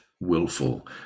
willful